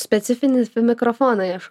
specifinis mikrofonai aš